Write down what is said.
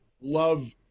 love